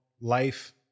life